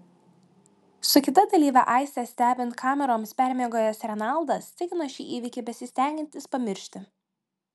su kita dalyve aiste stebint kameroms permiegojęs renaldas tikino šį įvykį besistengiantis pamiršti